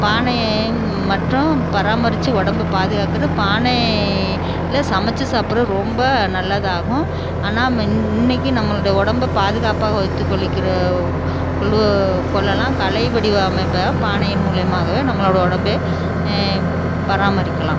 பானையை மட்டும் பராமரித்து உடம்ப பாதுகாக்கிறது பானை ல சமைச்சி சாப்புடுறது ரொம்ப நல்லதாகும் ஆனால் இன்றைக்கி நம்மளோட உடம்ப பாதுகாப்பாக வைத்து கொள்ளுகிற கொள்ளுவ கொள்ளலாம் கலை வடிவமைப்ப பானை மூலியமாகவே நம்மளோடய உடம்பே பராமரிக்கலாம்